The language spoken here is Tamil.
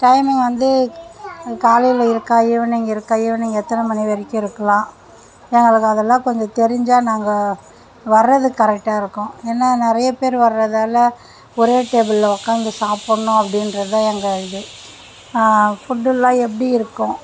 டைமிங் வந்து காலையில இருக்கா ஈவினிங் இருக்கா ஈவினிங் எத்தனை மணி வரைக்கும் இருக்குலாம் எங்களுக்கு அதெல்லாம் கொஞ்சம் தெரிஞ்சால் நாங்கள் வரது கரெக்ட்டாக இருக்கும் ஏன்னா நிறைய பேர் வர்ரதால ஒரே டேபிளில் உக்காந்து சாப்புடன்ணும் அப்படின்றதுதான் எங்கள் இது ஃபுட்டெல்லாம் எப்படி இருக்கும்